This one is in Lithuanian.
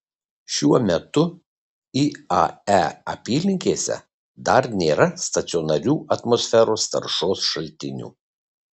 šiuo metu iae apylinkėse dar nėra stacionarių atmosferos taršos šaltinių